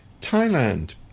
Thailand